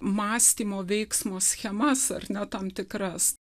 mąstymo veiksmo schemas ar ne tam tikras